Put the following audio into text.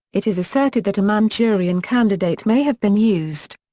it is asserted that a manchurian candidate may have been used.